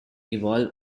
evolve